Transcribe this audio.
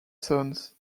sons